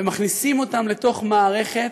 ומכניסים אותם לתוך מערכת,